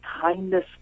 kindness